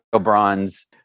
bronze